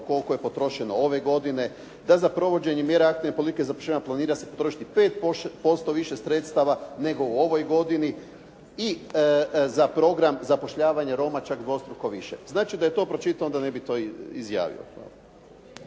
koliko je potrošeno ove godine, da za provođenje mjera aktivne politike zapošljavanja planira se potrošiti 5% više sredstava nego u ovoj godini. I za program zapošljavanja Roma čak dvostruko više. Znači, da je to pročitao onda ne bi to izjavio.